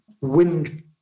wind